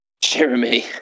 Jeremy